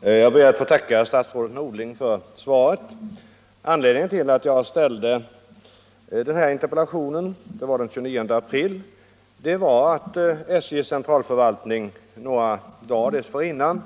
Herr talman! Jag ber att få tacka statsrådet Norling för svaret. Anledningen till att jag framställde den här interpellationen — det var den 29 april — var att SJ:s centralförvaltning några dagar dessförinnan